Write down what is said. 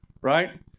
right